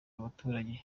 abaturage